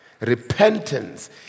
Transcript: Repentance